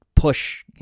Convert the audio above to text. push